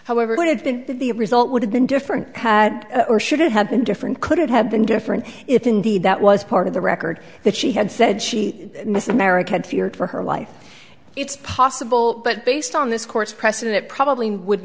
however what had been the result would have been different had or should have been different could it have been different if indeed that was part of the record that she had said she miss america had feared for her life it's possible but based on this court's precedent it probably would